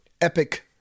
epic